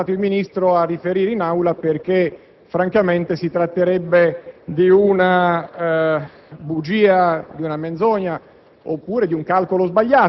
venga invitato a riferire in Aula, perché francamente si tratterebbe di una bugia, di una menzogna